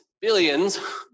billions